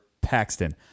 Paxton